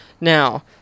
Now